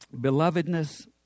belovedness